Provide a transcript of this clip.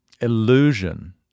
illusion